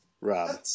Rob